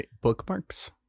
bookmarks